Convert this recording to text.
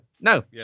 no